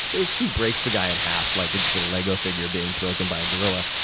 basically breaks the guy in half like just a lego figure being broken by a gorilla.